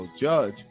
judge